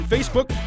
Facebook